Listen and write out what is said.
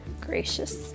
Gracious